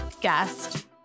guest